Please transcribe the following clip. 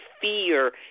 fear